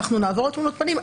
שאנחנו נעבור לתמונות פנים,